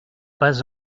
pas